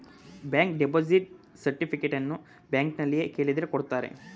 bank deposit ಸರ್ಟಿಫಿಕೇಟನ್ನು ಬ್ಯಾಂಕ್ನಲ್ಲಿ ಕೇಳಿದ್ರೆ ಕೊಡ್ತಾರೆ